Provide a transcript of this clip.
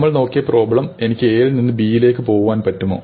നമ്മൾ നോക്കിയ പ്രോബ്ളം എനിക്ക് A യിൽ നിന്ന് B യിലേക്ക് പോകുവാൻ പറ്റുമോ